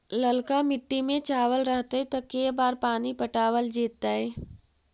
ललका मिट्टी में चावल रहतै त के बार पानी पटावल जेतै?